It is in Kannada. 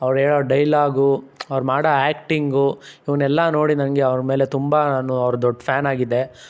ಅವ್ರೇಳೋ ಡೈಲಾಗು ಅವ್ರು ಮಾಡೋ ಆ್ಯಕ್ಟಿಂಗು ಇವನ್ನೆಲ್ಲ ನೋಡಿ ನನಗೆ ಅವ್ರ ಮೇಲೆ ತುಂಬ ನೂ ಅವ್ರ ದೊಡ್ಡ ಫ್ಯಾನಾಗಿದ್ದೆ